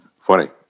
Funny